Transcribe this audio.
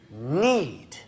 need